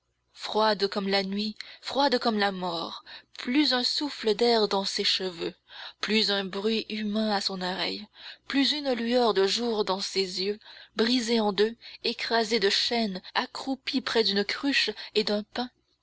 froide comme la nuit froide comme la mort plus un souffle d'air dans ses cheveux plus un bruit humain à son oreille plus une lueur de jour dans ses yeux brisée en deux écrasée de chaînes accroupie près d'une cruche et d'un pain